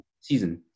season